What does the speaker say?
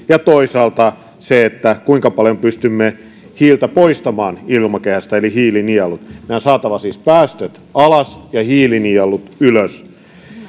että toisaalta se kuinka paljon pystymme hiiltä poistamaan ilmakehästä eli hiilinielut meidän on siis saatava päästöt alas ja hiilinielut ylös